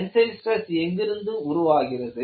tensile stress எங்கிருந்து உருவாகிறது